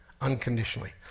unconditionally